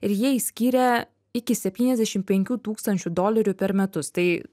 ir jie išskyrė iki septyniasdešim penkių tūkstančių dolerių per metus tai